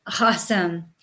Awesome